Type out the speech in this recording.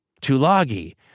Tulagi